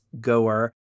goer